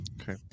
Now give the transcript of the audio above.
Okay